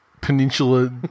peninsula